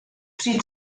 přijď